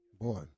boy